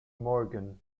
morgan